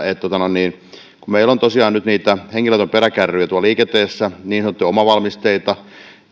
kun meillä on tosiaan nyt niitä henkilöauton peräkärryjä liikenteessä niin sanottuja omavalmisteita